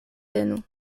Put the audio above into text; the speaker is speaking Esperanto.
tenu